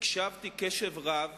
הקשבתי קשב רב